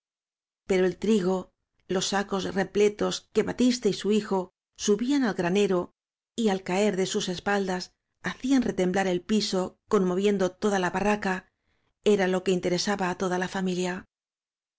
pero el trigo los sacos repletos que ba tiste y su hijo subían al granero y al caer de sus espaldas hacían retemblar el piso con moviendo'toda la barraca éralo que interesa ba á toda la familia